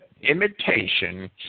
imitation